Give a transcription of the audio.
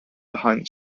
behind